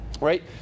right